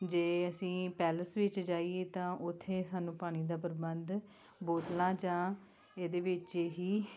ਜੇ ਅਸੀਂ ਪੈਲਸ ਵਿੱਚ ਜਾਈਏ ਤਾਂ ਉੱਥੇ ਸਾਨੂੰ ਪਾਣੀ ਦਾ ਪ੍ਰਬੰਧ ਬੋਤਲਾਂ ਜਾਂ ਇਹਦੇ ਵਿੱਚ ਹੀ